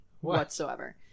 whatsoever